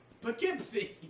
Poughkeepsie